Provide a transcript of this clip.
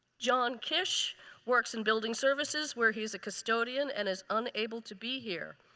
john kisch works in building services where he is a custodian and is unable to be here.